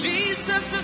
Jesus